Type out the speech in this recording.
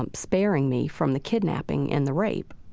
um sparing me from the kidnapping and the rapes.